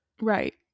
Right